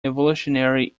evolutionary